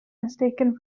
mistaken